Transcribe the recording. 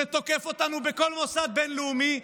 שתוקף אותנו בכל מוסד בין-לאומי,